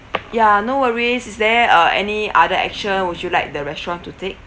ya no worries is there uh any other action would you like the restaurant to take